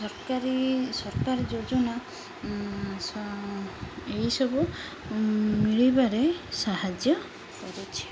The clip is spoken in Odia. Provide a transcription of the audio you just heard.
ସରକାରୀ ସରକାର ଯୋଜନା ଏହିସବୁ ମିଳିବାରେ ସାହାଯ୍ୟ କରୁଛି